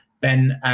Ben